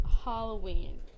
halloween